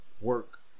work